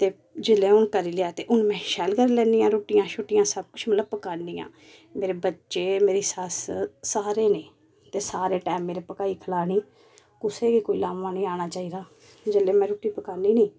ते जेल्लै हुन करी लेआ ते हुन शैल करी लैन्नी आं रूट्टियां शुट्टियां मतलब पकान्नी आं मेरे बच्चे मेरी सस्स सारें लेई ते सारे टैमां दी पकाई खलानी कुसै दा कोई लामा नी आना चाहिदा ते जिल्लै मैं रूट्टी पकानी नी